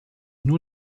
nur